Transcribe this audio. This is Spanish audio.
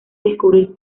descubrir